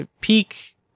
peak